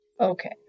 Okay